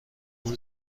اون